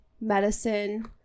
medicine